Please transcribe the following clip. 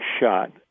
shot